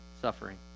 suffering